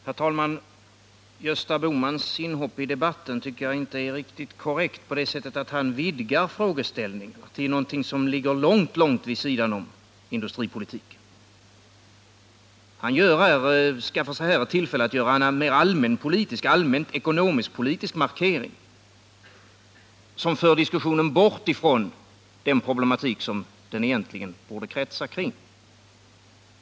Herr talman! Gösta Bohmans inhopp i debatten är inte riktigt korrekt. Han vidgar frågeställningen till något som ligger långt vid sidan om industripolitiken. Han skaffar sig här ett tillfälle att göra en mer allmän ekonomiskpolitisk markering, som för diskussionen bort från den problematik som den egentligen borde kretsa kring.